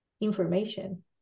information